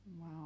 Wow